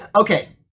okay